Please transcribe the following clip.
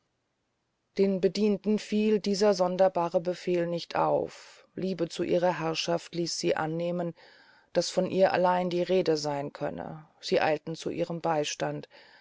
den bedienten fiel dieser sonderbare befehl nicht auf liebe zu ihrer herrschaft ließ sie annehmen daß von ihr allein die rede seyn könne sie eilten zu ihrem beystand